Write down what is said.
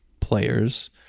players